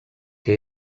que